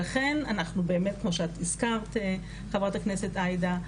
ולכן כמו שאת הזכרת חברת הכנסת עאידה,